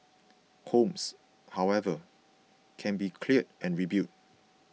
homes however can be cleared and rebuilt